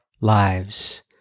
lives